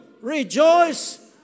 rejoice